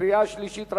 קריאה שלישית.